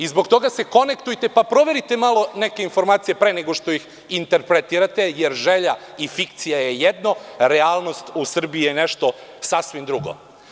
Zbog toga se konektujte, pa proverite malo neke informacije pre nego što ih interpretirate, jer želja i fikcija je jedno, a realnost u Srbiji je nešto sasvim drugo.